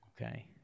Okay